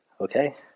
okay